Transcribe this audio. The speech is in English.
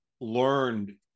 learned